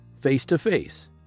face-to-face